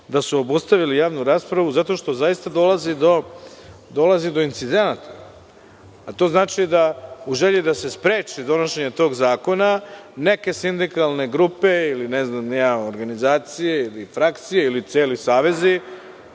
da su obustavili javnu raspravu zato što zaista dolazi do incidenata a to znači da u želji da se spreči donošenje tog zakona neke sindikalne grupe, ne znam, ili organizacije, ili frakcije ili celi savezi,